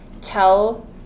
tell